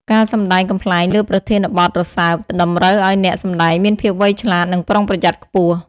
ការសម្ដែងកំប្លែងលើប្រធានបទរសើប តម្រូវឲ្យអ្នកសម្ដែងមានភាពវៃឆ្លាត និងប្រុងប្រយ័ត្នខ្ពស់។